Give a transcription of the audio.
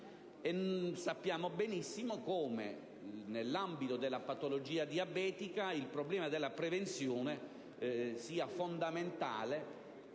Sappiamo benissimo come, nell'ambito della patologia diabetica, il problema della prevenzione sia fondamentale